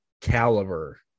caliber